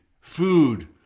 food